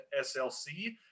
slc